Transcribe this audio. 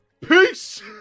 Peace